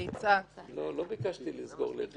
אני יודעת שהנושא הזה מאוד-מאוד טעון פוליטית,